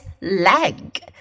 leg